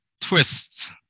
twist